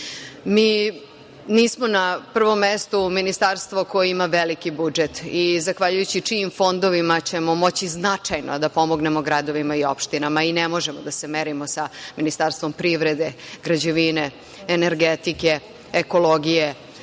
Mi nismo na prvom mestu Ministarstvo koje ima veliki budžet i zahvaljujući čijim fondovima ćemo moći značajno da pomognemo gradovima i opštinama i ne možemo da se merimo sa Ministarstvom privrede, građevine, energetike, ekologije.